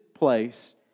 place